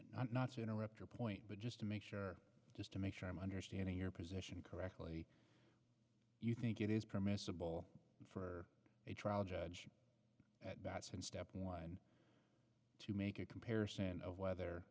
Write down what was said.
i'm not so interrupt your point but just to make sure just to make sure i'm understanding your position correctly you think it is permissible for a trial judge at bats in step one to make a comparison of whether